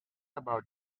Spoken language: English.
about